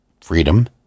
freedom